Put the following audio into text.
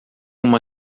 uma